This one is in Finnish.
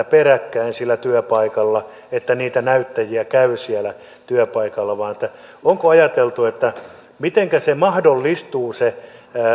peräkkäin sillä työpaikalla kun niitä näyttäjiä käy siellä työpaikalla onko ajateltu mitenkä mahdollistuu se